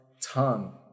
tongue